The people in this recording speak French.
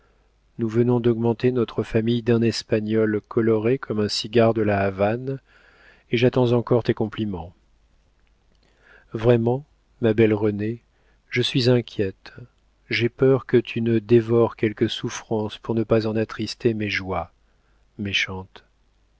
nous venons d'augmenter notre famille d'un espagnol coloré comme un cigare de la havane et j'attends encore tes compliments vraiment ma belle renée je suis inquiète j'ai peur que tu ne dévores quelques souffrances pour ne pas en attrister mes joies méchante